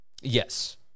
Yes